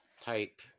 type